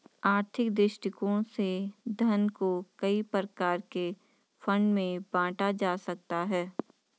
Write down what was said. आर्थिक दृष्टिकोण से धन को कई प्रकार के फंड में बांटा जा सकता है